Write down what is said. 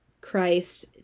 Christ